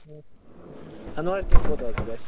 ہنٛدراوِ کِنۍ کوتاہ حظ گَژھ